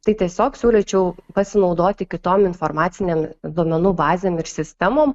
tai tiesiog siūlyčiau pasinaudoti kitom informacinėm duomenų bazėm ir sistemom